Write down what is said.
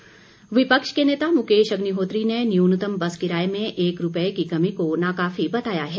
अग्निहोत्री विपक्ष के नेता मुकेश अग्निहोत्री ने न्यूनतम बस किराए में एक रूपए की कमी को नाकाफी बताया है